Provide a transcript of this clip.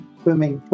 swimming